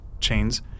chains